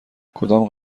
کدام